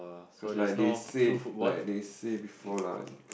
cause like they said like they say before lah